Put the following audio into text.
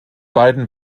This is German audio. beiden